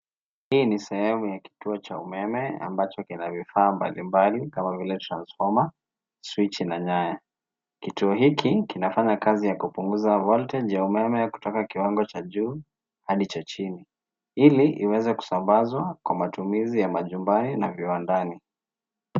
Hii ni sehemu ya kituo cha umeme ambacho kina vifaa mbalimbali kama vile transformer, switch na nyaya. Kituo hiki kinafanya kazi ya kupunguza voltage ya umeme kutoka kiwango cha juu hadi cha chini, ili iweze kusambazwa kwa matumizi ya manyumbani na viwandani.